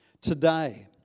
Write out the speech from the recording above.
Today